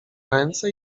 ręce